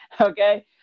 Okay